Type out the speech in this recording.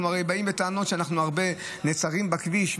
אנחנו הרי באים בטענות על שאנחנו נעצרים הרבה בכביש,